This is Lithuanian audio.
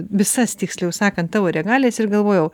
visas tiksliau sakant tavo regalijas ir galvojau